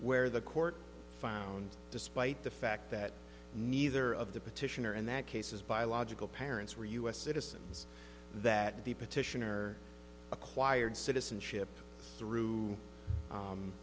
where the court found despite the fact that neither of the petitioner in that case his biological parents were u s citizens that the petitioner acquired citizenship through